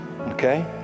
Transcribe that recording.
Okay